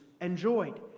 enjoyed